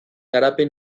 garapen